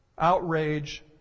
outrage